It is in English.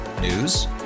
News